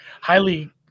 highly